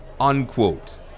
Unquote